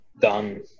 done